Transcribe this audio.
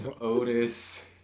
Otis